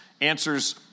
answers